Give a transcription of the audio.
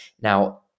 Now